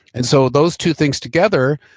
and so those two things together,